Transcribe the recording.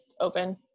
open